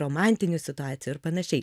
romantinių situacijų ir panašiai